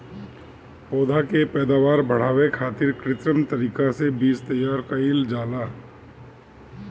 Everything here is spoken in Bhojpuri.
पौधा के पैदावार बढ़ावे खातिर कित्रिम तरीका से बीज तैयार कईल जाला